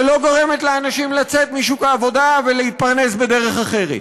שלא גורמת לאנשים לצאת משוק העבודה ולהתפרנס בדרך אחרת,